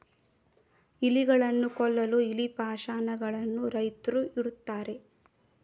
ಇಲಿಗಳನ್ನು ಕೊಲ್ಲಲು ಇಲಿ ಪಾಷಾಣ ಗಳನ್ನು ರೈತ್ರು ಇಡುತ್ತಾರೆ